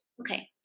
okay